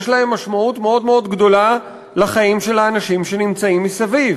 יש להם משמעות מאוד מאוד גדולה לחיים של האנשים שנמצאים מסביב.